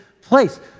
place